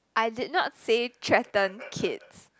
I did not say threaten kids